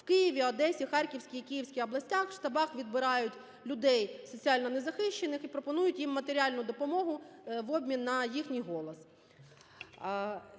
У Києві, Одесі, Харківській і Київській областях в штабах відбирають людей соціально незахищених і пропонують їм матеріальну допомогу в обмін на їхній голос.